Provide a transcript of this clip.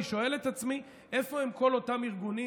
אני שואל את עצמי: איפה הם כל אותם ארגונים,